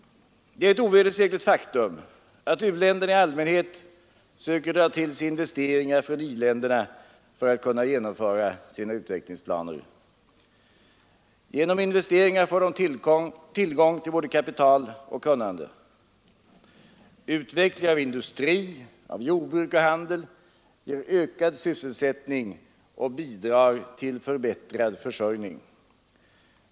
Det är ett ovedersägligt faktum att u-länderna i allmänhet söker dra till sig investeringar från i-länderna för att kunna genomföra sina utvecklingsplaner. Genom investeringar får de tillgång till både kapital och kun nande. Utvecklingen av industri, jordbruk och handel ger ökad sysselsättning och bidrar till förbättrad försörjning.